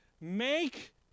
make